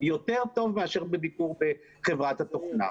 יותר טוב מאשר בביקור בחברת התוכנה.